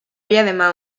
villa